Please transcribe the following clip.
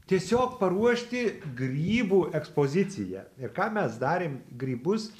tiesiog paruošti grybų ekspoziciją ir ką mes darėm grybus